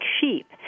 sheep